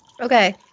Okay